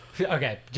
okay